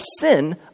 sin